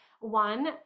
one